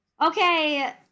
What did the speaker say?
Okay